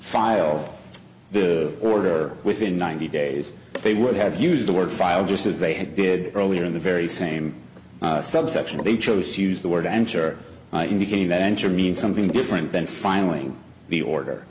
file the order within ninety days they would have used the word file just as they did earlier in the very same subsection of a chose to use the word answer indicating venture mean something different then finally the order